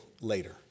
later